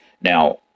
Now